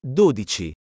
dodici